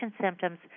symptoms